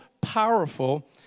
powerful